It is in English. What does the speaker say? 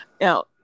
Now